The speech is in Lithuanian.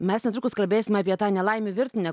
mes netrukus kalbėsime apie tą nelaimių virtinę